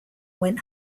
went